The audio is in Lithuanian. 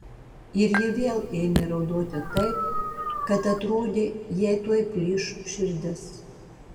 ir ji vėl ėmė raudoti taip kad atrodė jai tuoj plyš širdis